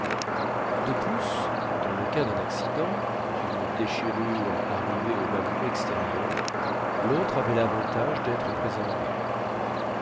de plus dans le cas d'un accident d'une déchirure arrivée au ballon extérieur l'autre avait l'avantage d'être préservé